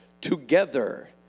together